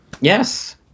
Yes